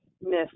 miss